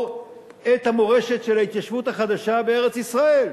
את המורשת של ההתיישבות החדשה בארץ-ישראל.